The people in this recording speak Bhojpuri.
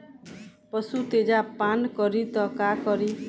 पशु तेजाब पान करी त का करी?